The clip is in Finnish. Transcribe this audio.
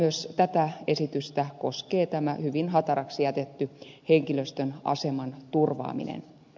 myös tätä esitystä koskee tämä hyvin hataraksi jätetty henkilöstön aseman turvaaminen